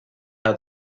how